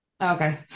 Okay